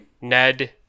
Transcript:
Ned